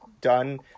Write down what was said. done